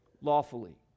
lawfully